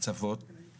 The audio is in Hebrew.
לקב"טים יש שעות כוננות,